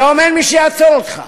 היום אין מי שיעצור אותך.